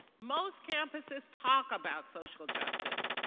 most campuses talk about social justice.